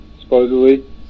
supposedly